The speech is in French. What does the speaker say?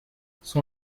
son